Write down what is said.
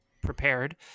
prepared